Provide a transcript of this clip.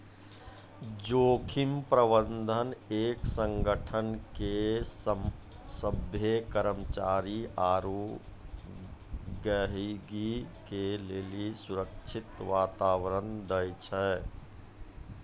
जोखिम प्रबंधन एक संगठन के सभ्भे कर्मचारी आरू गहीगी के लेली सुरक्षित वातावरण दै छै